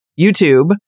YouTube